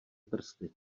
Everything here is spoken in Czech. prsty